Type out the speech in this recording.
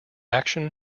action